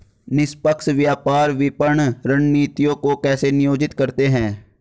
निष्पक्ष व्यापार विपणन रणनीतियों को कैसे नियोजित करते हैं?